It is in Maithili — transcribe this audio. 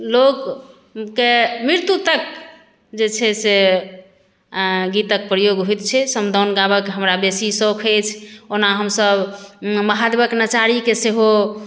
लोकके मृत्यु तक जे छै से गीतक प्रयोग होइत छै समदाउन गाबय के हमरा बेसी शौक अछि ओना हमसभ महादेवक नचारीके सेहो